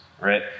right